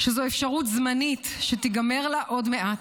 שזו אפשרות זמנית שתיגמר לה עוד מעט.